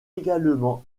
également